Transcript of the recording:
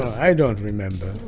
i don't remember,